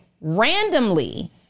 randomly